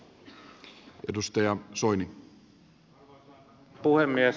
arvoisa puhemies